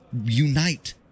unite